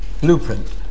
blueprint